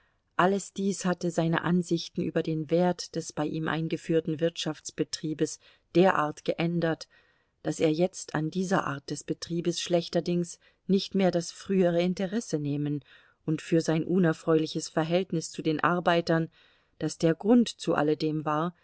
alles dies hatte seine ansichten über den wert des bei ihm eingeführten wirtschaftsbetriebes derart geändert daß er jetzt an dieser art des betriebes schlechterdings nicht mehr das frühere interesse nehmen und für sein unerfreuliches verhältnis zu den arbeitern das der grund zu alle dem war